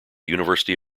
university